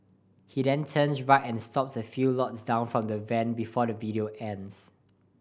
he then turns right and stops a few lots down from the van before the video ends